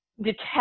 detect